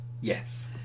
Yes